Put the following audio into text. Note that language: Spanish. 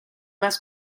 más